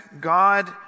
God